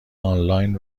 آنلاین